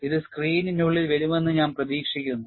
ഇത് സ്ക്രീനിനുള്ളിൽ വരുമെന്ന് ഞാൻ പ്രതീക്ഷിക്കുന്നു